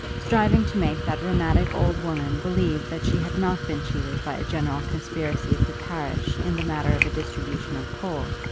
striving to make that rheumatic old woman believe that she had not been cheated by a general conspiracy of the parish in the matter of a distribution of coal,